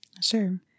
Sure